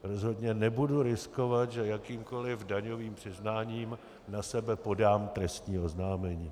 Rozhodně nebudu riskovat, že jakýmkoliv daňovým přiznáním na sebe podám trestní oznámení.